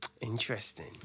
Interesting